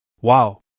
Wow